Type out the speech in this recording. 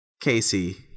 Casey